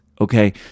okay